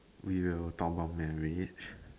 we will talk about marriage